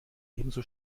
ebenso